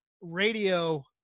radio